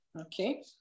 Okay